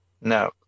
no